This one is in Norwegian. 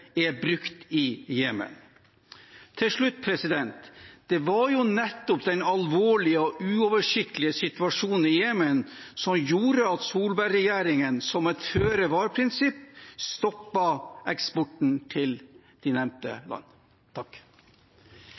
er brukt i Jemen. Til slutt: Det var jo nettopp den alvorlige og uoversiktlige situasjonen i Jemen som gjorde at Solberg-regjeringen som et føre-var-prinsipp stoppet eksporten til de nevnte land.